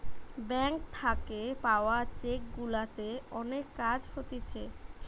bank থাকে পাওয়া cheque গুলাতে অনেক কাজ হতিছে